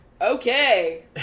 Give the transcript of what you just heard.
Okay